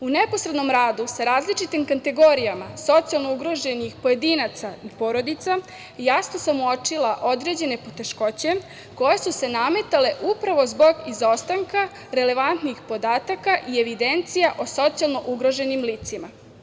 U neposrednom radu sa različitim kategorijama socijalno ugroženih pojedinaca i porodica jasno sam uočila određene poteškoće koje su se nametale upravo zbog izostanka relevantnih podataka i evidencija o socijalno ugroženim licima.